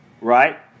Right